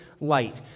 light